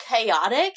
chaotic